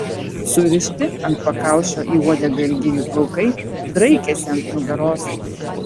surišti ant pakaušio į uodegą ilgi jų plaukai draikėsi ant nugaros